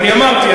אני אמרתי,